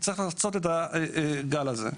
וצריך לחצות את הגל הזה.